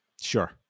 Sure